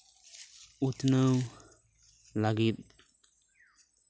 ᱩᱛᱱᱟᱹᱣ ᱞᱟᱹᱜᱤᱫ